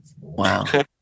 Wow